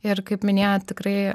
ir kaip minėjot tikrai